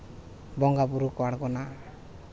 ᱵᱚᱸᱜᱟᱼᱵᱩᱨᱩ ᱠᱚ ᱟᱬᱜᱚᱱᱟ